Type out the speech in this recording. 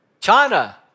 China